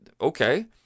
okay